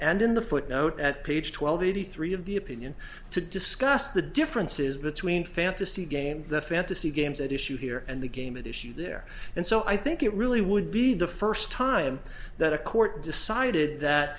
and in the footnote at page twelve eighty three of the opinion to discuss the differences between fantasy game fantasy games at issue here and the game at issue there and so i think it really would be the first time that a court decided